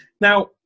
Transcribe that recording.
Now